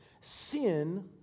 Sin